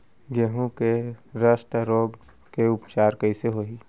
गेहूँ के रस्ट रोग के उपचार कइसे होही?